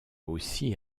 aussi